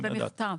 למה צריך במכתב?